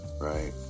Right